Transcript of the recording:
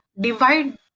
divide